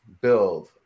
Build